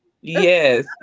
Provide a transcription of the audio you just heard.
Yes